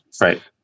right